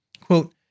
Quote